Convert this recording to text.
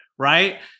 right